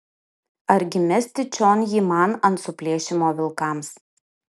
argi mesti čion jį man ant suplėšymo vilkams